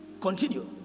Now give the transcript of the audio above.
continue